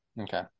Okay